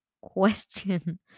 question